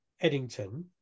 Eddington